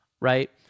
Right